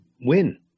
win